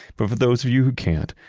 but for those of you who can't,